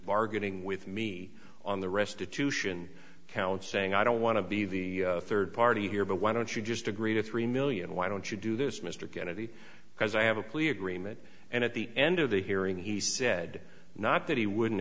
bargaining with me on the restitution councell i don't want to be the third party here but why don't you just agree to three million why don't you do this mr kennedy because i have a plea agreement and at the end of the hearing he said not that he wouldn't